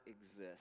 exist